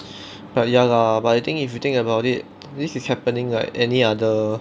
but ya lah but I think if you think about it this is happening like any other